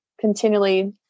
continually